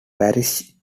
parish